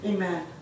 Amen